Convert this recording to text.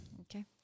Okay